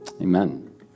Amen